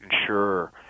ensure